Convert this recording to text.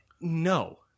No